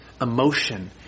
emotion